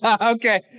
Okay